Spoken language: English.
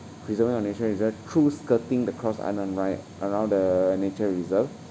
preserving our nature reserve through skirting the cross island line around the nature reserve